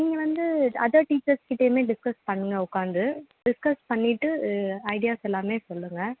நீங்கள் வந்து அதர் டீச்சர்ஸ்கிட்டையுமே டிஸ்கஸ் பண்ணுங்க உக்கார்ந்து டிஸ்கஸ் பண்ணிவிட்டு ஐடியாஸ் எல்லாமே சொல்லுங்க